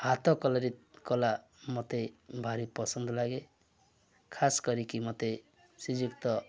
ହାତକଲାରେ କଲା ମୋତେ ଭାରି ପସନ୍ଦ ଲାଗେ ଖାସ କରିକି ମୋତେ ଶ୍ରୀଯୁକ୍ତ